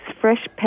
fresh